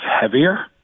heavier